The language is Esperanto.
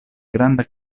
granda